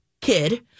kid